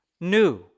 new